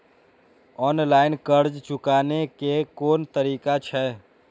Online कर्ज चुकाने के कोन तरीका छै?